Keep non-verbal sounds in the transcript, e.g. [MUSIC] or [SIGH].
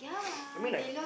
[NOISE] I mean like